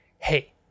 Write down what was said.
hey